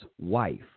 wife